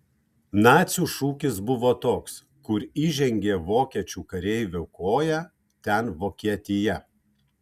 nacių šūkis buvo toks kur įžengė vokiečių kareivio koja ten vokietija